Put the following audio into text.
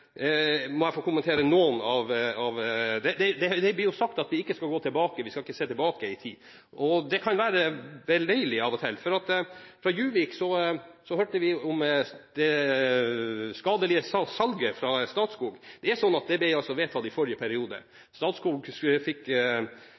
må jeg få kommentere noe. Det blir sagt at vi ikke skal gå tilbake i tid – vi skal ikke se tilbake. Det kan være beleilig av og til. Fra Juvik hørte vi om Statskogs skadelige salg. Det ble altså vedtatt i forrige periode.